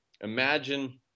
imagine